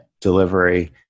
delivery